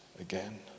again